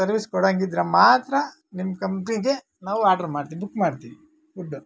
service ಕೊಡೊಂಗಿದ್ರೆ ಮಾತ್ರ ನಿಮ್ಮ ಕಂಪ್ನಿಗೆ ನಾವು ಆರ್ಡ್ರ ಮಾಡ್ತೀವಿ ಬುಕ್ ಮಾಡ್ತೀವಿ ಫುಡ್ಡು